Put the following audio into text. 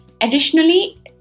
Additionally